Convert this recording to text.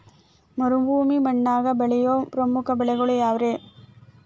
ಮರುಭೂಮಿ ಮಣ್ಣಾಗ ಬೆಳೆಯೋ ಪ್ರಮುಖ ಬೆಳೆಗಳು ಯಾವ್ರೇ?